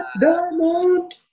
Diamond